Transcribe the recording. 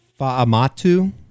Fa'amatu